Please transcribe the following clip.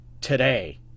today